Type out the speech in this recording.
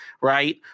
Right